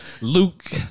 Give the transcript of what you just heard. Luke